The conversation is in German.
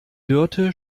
dörte